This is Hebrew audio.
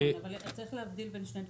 אתה צריך להבדיל בין שני דברים,